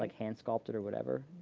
like hand sculpted or whatever.